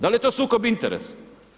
Da li je to sukob interesa?